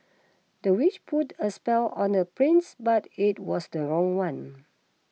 the witch put a spell on the prince but it was the wrong one